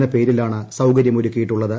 എന്ന പേരിലാണ് സൌകര്യം ഒരുക്കിയിട്ടുള്ളത്